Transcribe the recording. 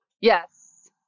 Yes